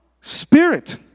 spirit